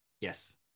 Yes